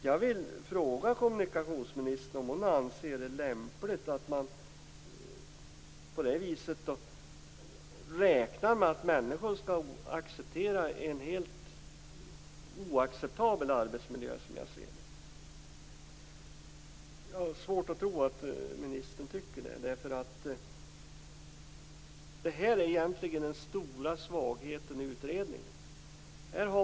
Jag vill fråga kommunikationsministern om hon anser det vara lämpligt att räkna med att människor skall acceptera en arbetsmiljö vilken, som jag ser det, är helt otillfredsställande. Jag har svårt att tro att ministern tycker det. Detta är den stora svagheten i utredningen.